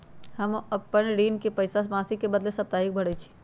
हम अपन ऋण के पइसा मासिक के बदले साप्ताहिके भरई छी